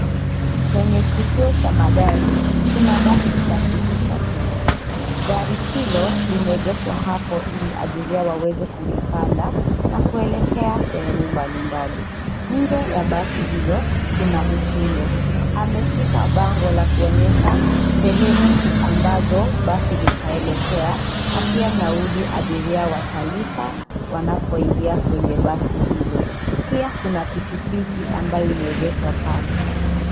Kwenye kituo cha magari kuna basi la City Shuttle . Gari hilo limeegeshwa hapo ili abiria waweze kulipanda na kuelekea sehemu mbali mbali. Nje ya basi hilo, kuna utingo. Ameshika bango la kuonyesha sehemu ambazo basi litaelekea na pia nauli abiria watalipa wanapoingia kwenye basi hilo. Pia kuna pikipiki ambayo imeegeshwa pale.